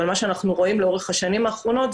אבל מה אנחנו רואים לאורך השנים האחרונות,